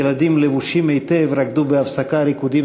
ילדים לבושים היטב רקדו בהפסקה ריקודים